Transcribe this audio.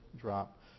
drop